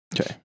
Okay